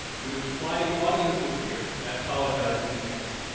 we would ply the audience with beer. i apologize in advance.